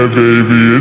baby